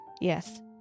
yes